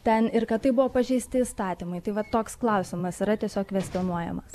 ten ir kad taip buvo pažeisti įstatymai tai va toks klausimas yra tiesiog kvestionuojamas